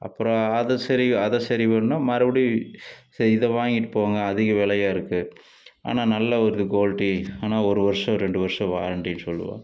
அப்புறம் அதை சரி அதை சரி பண்ணினா மறுபடியும் சரி இதை வாங்கிட்டு போங்க அதிக விலையா இருக்குது ஆனால் நல்ல ஒரு குவாலிட்டி ஆனால் ஒரு வருஷம் ரெண்டு வருஷம் வாரண்டின்னு சொல்லுவான்